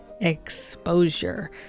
exposure